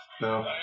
No